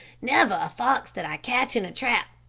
never a fox did i catch in a trap,